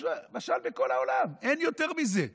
הוא משל בכל העולם, אין יותר מזה,